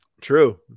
True